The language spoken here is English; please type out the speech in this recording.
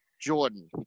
Jordan